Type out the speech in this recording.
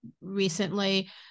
recently